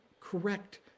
correct